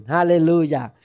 Hallelujah